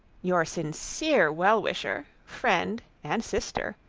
your sincere well-wisher, friend, and sister,